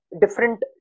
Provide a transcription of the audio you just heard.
different